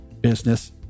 business